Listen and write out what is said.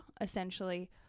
essentially